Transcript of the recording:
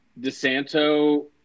DeSanto